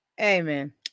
amen